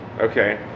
Okay